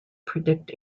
predict